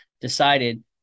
decided